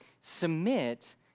submit